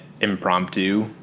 impromptu